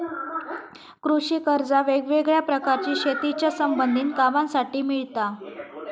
कृषि कर्जा वेगवेगळ्या प्रकारची शेतीच्या संबधित कामांसाठी मिळता